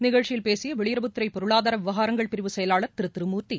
நிகழ்ச்சியில் பேசிய வெளியுறவுத்துறை பொருளாதார விவகாரங்கள் பிரிவு செயலாள் திரு திருமூர்த்தி